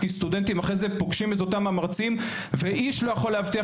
הסטודנטים אחרי זה הם פוגשים את אותם מרצים ואיש לא יכול להבטיח